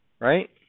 Right